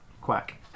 quack